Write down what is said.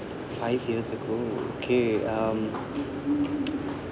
five years ago okay um